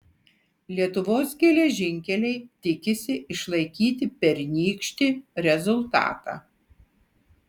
lietuvos geležinkeliai tikisi išlaikyti pernykštį rezultatą